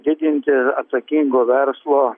didinti atsakingo verslo